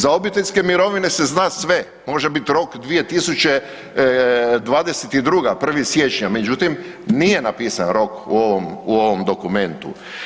Za obiteljske mirovine se zna sve, može biti rok 2022. 1. siječnja, međutim nije napisan rok u ovom dokumentu.